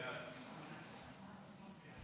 ההצעה לכלול את הנושא בסדר-היום של הכנסת נתקבלה.